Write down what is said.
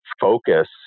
focus